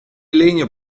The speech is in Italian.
legno